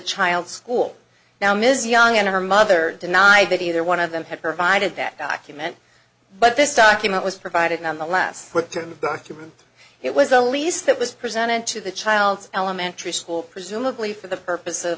child's school now ms young and her mother denied that either one of them had provided that document but this document was provided nonetheless with the document it was a lease that was presented to the child's elementary school presumably for the purpose of